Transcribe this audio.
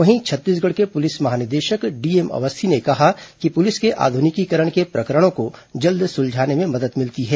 वहीं छत्तीसगढ़ के प्रलिस महानिदेशक डीएम अवस्थी ने कहा कि पुलिस के आध्रनिकीकरण से प्रकरणों को जल्द सुलझाने में मदद मिलेती है